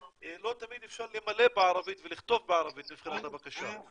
לא תמיד אפשר למלא בערבית ולכתוב בערבית מבחינת הבקשה.